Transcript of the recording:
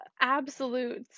absolute